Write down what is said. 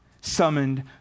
summoned